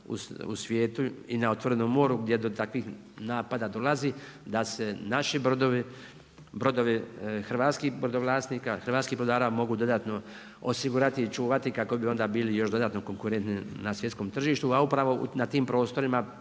u svijetu i na otvorenom moru gdje do takvih napada dolazi da se naši brodovi hrvatskih brodovlasnika, hrvatskih brodara, mogu dodatno osigurati i čuvati kako bi onda bili još dodatno konkurentni na svjetskom tržištu, a upravo na tim prostorima